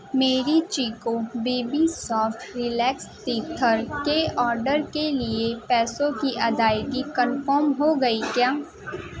میری Chicco baby soft relax teether کے order کے لیے پیسوں کی ادائیگی کنفرم ہو گئی کیا